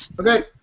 Okay